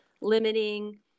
limiting